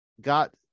got